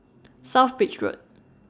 South Bridge Road